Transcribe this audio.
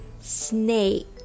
snake